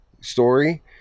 story